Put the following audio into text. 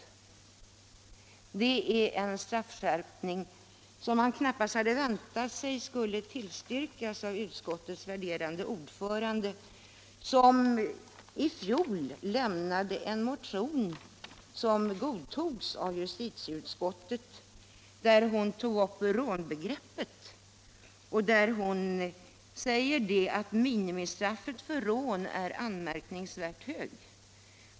Det är en straffskärpning som man knappast hade väntat sig skulle tillstyrkas av utskottets värderade ordförande, som i fjol avlämnade en motion vilken tillstyrktes av justitieutskottet. Hon tog där upp rånbegreppet och anförde att minimistraffet för rån är anmärkningsvärt högt.